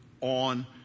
on